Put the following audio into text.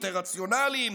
יותר רציונליים.